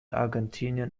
argentinien